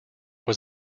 was